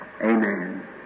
Amen